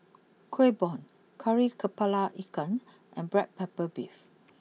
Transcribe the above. Kueh Bom Kari Kepala Ikan and Black Pepper Beef